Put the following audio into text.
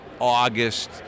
August